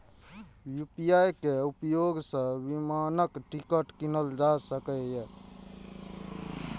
UPI के उपयोग सं विमानक टिकट कीनल जा सकैए